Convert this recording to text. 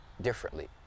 differently